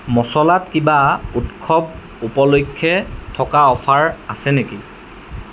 মচলাত কিবা উৎসৱ উপলক্ষে থকা অফাৰ আছে নেকি